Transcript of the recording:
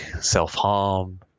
self-harm